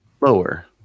Lower